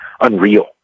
unreal